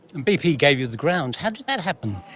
and bp gave you the grounds. how did that happen?